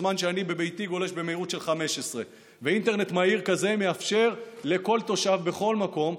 בזמן שאני בביתי גולש במהירות של 15. ואינטרנט מהיר כזה מאפשר לכל תושב בכל מקום,